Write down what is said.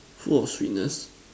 full of sweetness